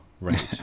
Right